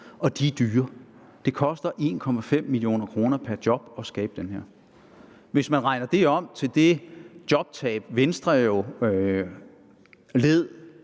og de er dyre. Det koster 1,5 mio. kr. pr. job at skabe dem. Hvis man regner det om til det jobtab, Venstre led